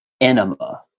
enema